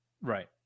right